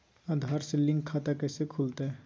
आधार से लिंक खाता कैसे खुलते?